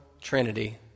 trinity